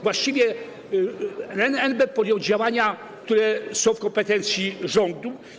Właściwie NBP podjął działania, które są w kompetencjach rządu.